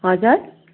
हजुर